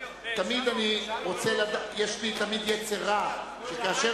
אני מזמין את השר גלעד ארדן, השר